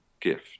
gift